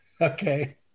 Okay